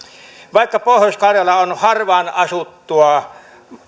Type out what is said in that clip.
vaikka pohjois karjala on harvaan asuttua